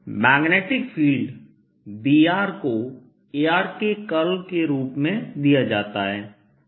magnetic field Br को Ar के curl के रूप में दिया जाता है